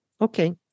Okay